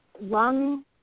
Lung